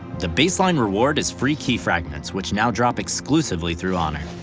the baseline reward is free key fragments which now drop exclusively through honor.